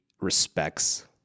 respects